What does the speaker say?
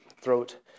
throat